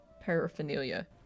paraphernalia